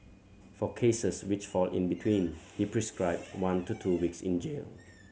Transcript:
for cases which fall in between he prescribed one to two weeks in jail